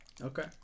Okay